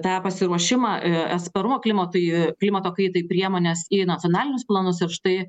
tą pasiruošimą atsparumą klimatui klimato kaitai priemones į nacionalinius planus ir štai